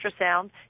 ultrasound